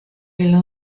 ile